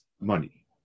money